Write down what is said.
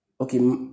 Okay